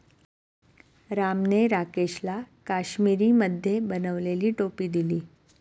रामने राकेशला काश्मिरीमध्ये बनवलेली टोपी दिली